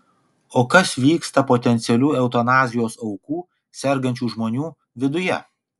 o kas vyksta potencialių eutanazijos aukų sergančių žmonių viduje